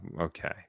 okay